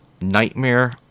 Nightmare